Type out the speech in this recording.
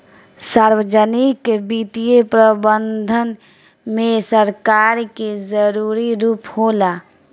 सार्वजनिक वित्तीय प्रबंधन में सरकार के जरूरी रूप होला